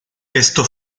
esto